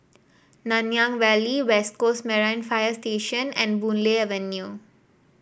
Nanyang Valley West Coast Marine Fire Station and Boon Lay Avenue